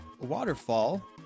waterfall